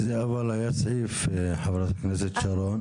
לצערי אנחנו לא דנים בנושא של חיות הבר.